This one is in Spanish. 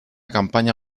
campaña